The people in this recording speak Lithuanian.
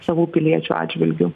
savų piliečių atžvilgiu